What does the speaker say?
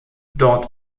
dort